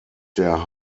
der